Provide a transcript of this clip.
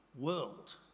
world